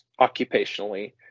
occupationally